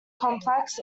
complex